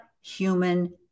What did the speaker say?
human